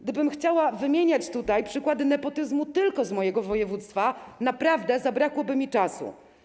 Gdybym chciała podawać przykłady nepotyzmu tylko z mojego województwa, naprawdę zabrakłoby mi czasu.